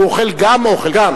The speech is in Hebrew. הוא אוכל גם אוכל כשר.